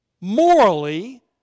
morally